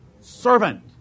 Servant